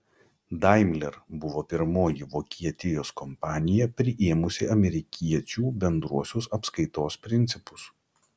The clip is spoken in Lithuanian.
daimler buvo pirmoji vokietijos kompanija priėmusi amerikiečių bendruosius apskaitos principus